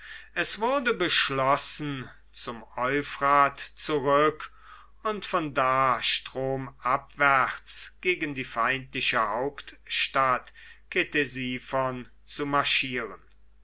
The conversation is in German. es wurde beschlossen zum euphrat zurück und von da stromabwärts gegen die feindliche hauptstadt ktesiphon zu marschieren